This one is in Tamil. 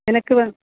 எனக்கு வந்து